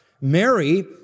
Mary